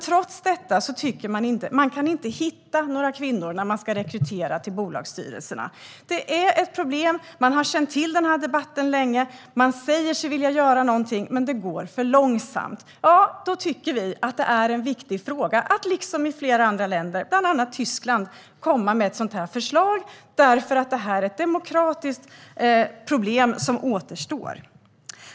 Trots detta tycker man att man inte kan hitta några kvinnor när man ska rekrytera till bolagsstyrelserna. Det är ett problem. Man har känt till debatten länge. Man säger sig vilja göra någonting. Men det går för långsamt. Då tycker vi att det är en viktig fråga att vi som i andra länder - bland annat i Tyskland - kommer med ett sådant här förslag. Det här är ett demokratiskt problem som återstår.